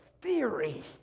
theory